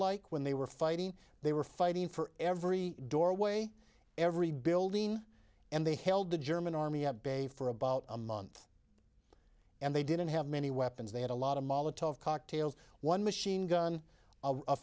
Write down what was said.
like when they were fighting they were fighting for every doorway every building and they held the german army have bay for about a month and they didn't have many weapons they had a lot of molotov cocktails one machine gun a